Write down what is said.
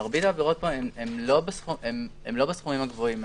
מרבית העבירות פה הן לא בסכומים הגבוהים,